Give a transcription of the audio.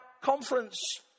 conference